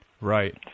Right